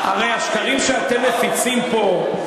הרי השקרים שאתם מפיצים פה,